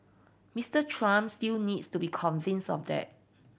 Mister Trump still needs to be convinces of there